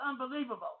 unbelievable